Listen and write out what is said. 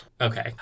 Okay